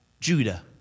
judah